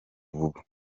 vuba